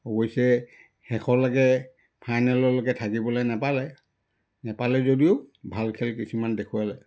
অৱশ্যে শেষলৈকে ফাইনেললৈকে থাকিবলৈ নাপালে নাপালে যদিও ভাল খেল কিছুমান দেখুৱালে